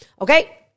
Okay